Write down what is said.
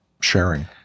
sharing